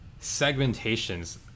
segmentations